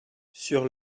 sur